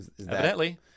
Evidently